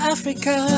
Africa